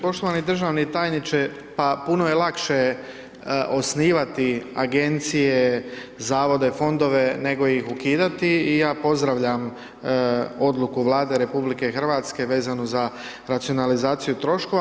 Poštovani državni tajniče, pa puno je lakše osnivati Agencije, Zavode, Fondove, nego ih ukidati i ja pozdravljam odluku Vlade RH vezanu za racionalizaciju troškova.